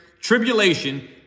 tribulation